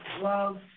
love